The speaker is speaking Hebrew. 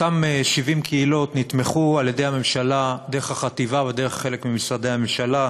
אותן 70 קהילות נתמכו על-ידי הממשלה דרך החטיבה ודרך חלק ממשרדי הממשלה,